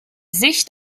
sicht